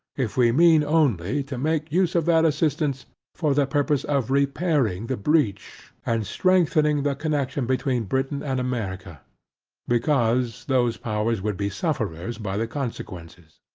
if we mean only, to make use of that assistance for the purpose of repairing the breach, and strengthening the connection between britain and america because, those powers would be sufferers by the consequences.